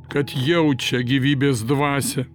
kad jaučia gyvybės dvasią